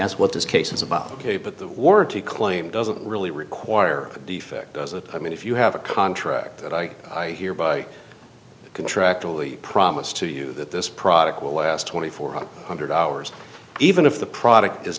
ask what this case is about ok but the warranty claim doesn't really require a defect does it i mean if you have a contract i hereby contractually promise to you that this product will last twenty four hundred hours even if the product is